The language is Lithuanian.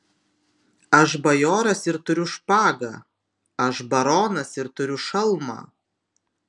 aš bajoras ir turiu špagą aš baronas ir turiu šalmą